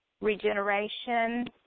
regeneration